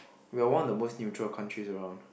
we're one of the most neutral countries around